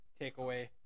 takeaway